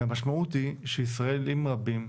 והמשמעות היא שישראלים רבים,